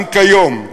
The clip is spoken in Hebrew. גם כיום,